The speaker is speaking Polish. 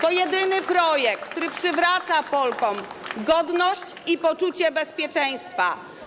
To jedyny projekt, który przywraca Polkom godność i poczucie bezpieczeństwa.